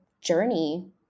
journey